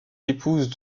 épousent